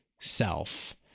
self